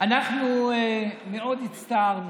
אנחנו מאוד הצטערנו,